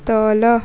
ତଳ